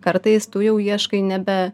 kartais tu jau ieškai nebe